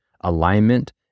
alignment